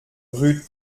rue